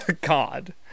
God